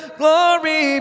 glory